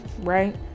right